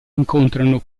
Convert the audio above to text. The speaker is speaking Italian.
incontrano